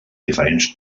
diferents